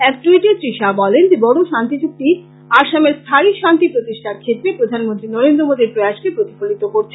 এক ট্যুইটে শ্রী শাহ বলেন যে বড়ো শান্তি চুক্তি আসামের স্থায়ী শান্তি প্রতিষ্ঠার ক্ষেত্রে প্রধানমন্ত্রী নরেন্দ্র মোদীর প্রয়াসকে প্রতিফলিত করছে